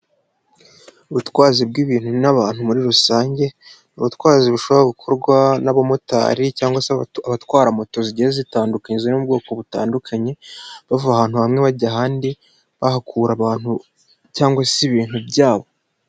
Ubutwazi bw'ibintu n'abantu muri rusange, ubutwazi bushobora gukorwa n'abamotari, cyangwa abatwara moto zigiye zitandukanye, zori mu bwoko butandukanye, bava ahantu hamwe bajya ahandi, bahakura abantu cyangwa se ibintu byabo.